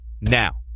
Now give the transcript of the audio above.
now